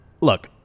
Look